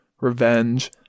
Revenge